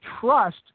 trust